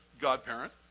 godparent